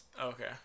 Okay